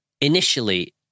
initially